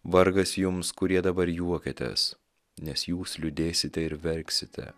vargas jums kurie dabar juokiatės nes jūs liūdėsite ir verksite